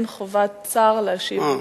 אין חובת שר להשיב על שאלות.